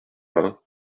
vingts